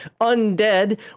undead